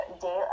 daily